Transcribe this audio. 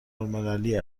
الملی